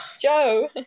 Joe